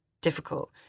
difficult